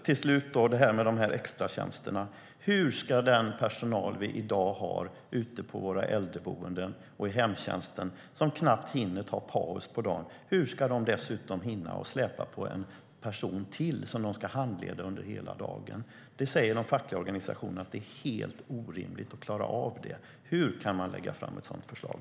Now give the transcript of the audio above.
Till slut, om extratjänsterna: Hur ska den personal vi i dag har ute på våra äldreboenden och i hemtjänsten, som knappt hinner ta paus på dagen, dessutom hinna släpa på en person till som de ska handleda under hela dagen? De fackliga organisationerna säger att det är helt orimligt att klara av det. Hur kan man lägga fram ett sådant förslag?